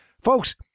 Folks